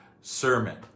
sermon